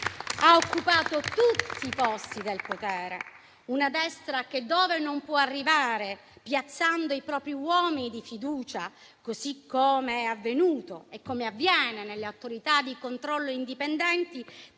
ha occupato tutti i posti del potere; una destra che, dove non può arrivare piazzando i propri uomini di fiducia - così come è avvenuto e come avviene nelle autorità di controllo indipendenti